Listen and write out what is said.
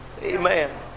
Amen